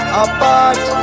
apart